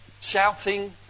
shouting